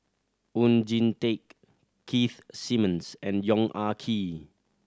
Oon Jin Teik Keith Simmons and Yong Ah Kee